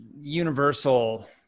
universal